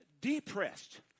depressed